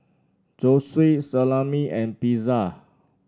Zosui Salami and Pizza